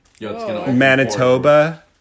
Manitoba